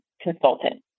consultant